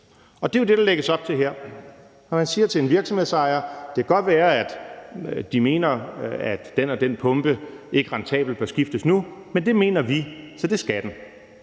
Det er jo det, der lægges op til her, når man siger til en virksomhedsejer: Det kan godt være, at De mener, at den og den pumpe ikke rentabelt bør skiftes nu, men det mener vi, så det skal den.